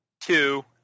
two